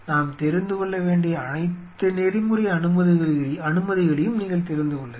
நாம் தெரிந்து கொள்ள வேண்டிய அனைத்து நெறிமுறை அனுமதிகளையும் நீங்கள் தெரிந்து கொள்ள வேண்டும்